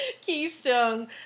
Keystone